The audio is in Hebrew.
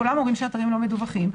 כולם אומרים שהאתרים לא מדווחים,